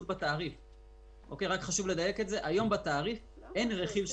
בתעריף רכיב של